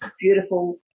beautiful